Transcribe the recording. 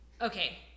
Okay